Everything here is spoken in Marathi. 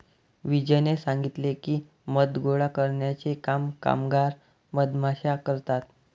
विजयने सांगितले की, मध गोळा करण्याचे काम कामगार मधमाश्या करतात